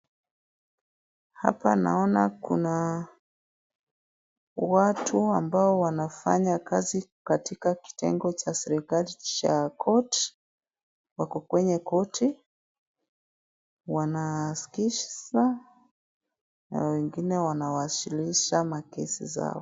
Hapa naona kuna watu ambao wanafanya kazi katika kitengo cha serikali cha court . Wako kwenye koti. Wanasikiza na wengine wanawasilisha makesi zao.